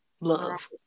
love